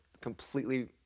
completely